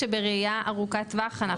לא,